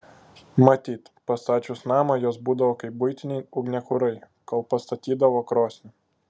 matyt pastačius namą jos būdavo kaip buitiniai ugniakurai kol pastatydavo krosnį